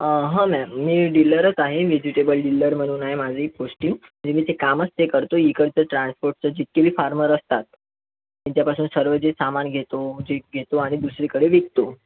हां मॅम मी डीलरच आहे व्हेजिटेबल डिल्लर म्हणून आहे माझी पोस्टिंग म्हणजे मी ते कामच ते करतो इकडचं ट्रान्सपोर्टचं जितके बी फार्मर असतात त्यांच्यापासून सर्व जे सामान घेतो जे घेतो आणि दुसरीकडे विकतो